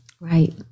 right